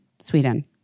Sweden